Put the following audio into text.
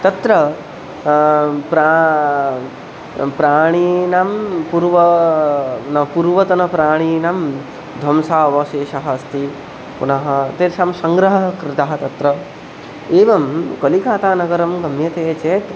तत्र प्रा प्राणीनां पुर्वं न पुर्वतनप्राणिनां ध्वंसाः अवशेषः अस्ति पुनः तेषां सङ्ग्रहः कृतः तत्र एवं कलिकातानगरं गम्यते चेत्